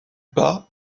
pas